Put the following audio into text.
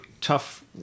tough